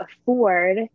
afford